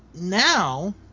now